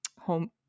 home